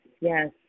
yes